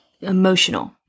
emotional